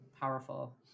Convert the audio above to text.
powerful